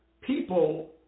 people